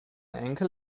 enkel